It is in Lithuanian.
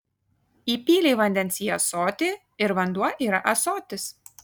įpylei vandens į ąsotį ir vanduo yra ąsotis